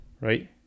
Right